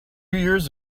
years